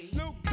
Snoop